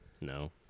No